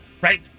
right